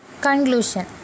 Conclusion